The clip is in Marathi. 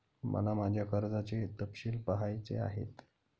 मला माझ्या कर्जाचे तपशील पहायचे आहेत